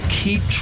keep